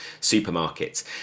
supermarkets